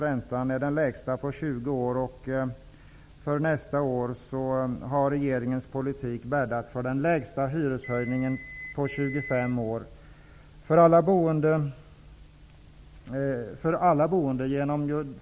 Räntan är den lägsta på 20 år, och för nästa år har regeringens politik bäddat för den lägsta hyreshöjningen på 25 år för de boende.